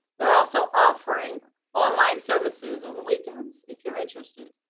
they're also offering online services on the weekends if you're interested.